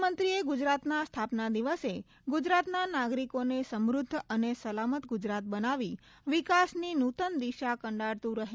મુખ્યમંત્રીએ ગુજરાતના સ્થાપના દિવસે ગુજરાતના નાગરિકોને સમૃદ્ધ અને સલામત ગુજરાત બનાવી વિકાસની નૂતન દિશા કંડારતું રહે